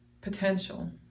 potential